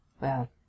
Well